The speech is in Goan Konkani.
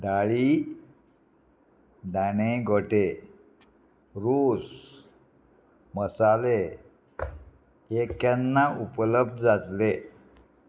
दाळी दाणे गोटे रोस मसाले हे केन्ना उपलब्ध जातले